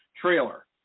trailer